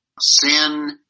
sin